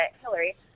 Hillary –